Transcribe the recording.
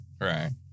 right